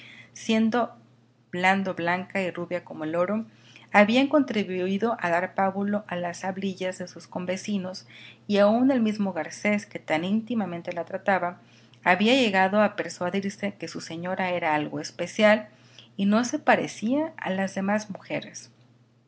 siendo blando blanca y rubia como el oro habían contribuido a dar pábulo a las hablillas de sus convecinos y aun el mismo garcés que tan íntimamente la trataba había llegado a persuadirse que su señora era algo especial y no se parecía a las demás mujeres